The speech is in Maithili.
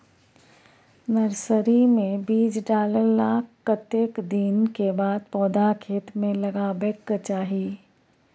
नर्सरी मे बीज डाललाक कतेक दिन के बाद पौधा खेत मे लगाबैक चाही?